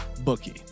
bookie